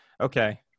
Okay